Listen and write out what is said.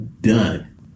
done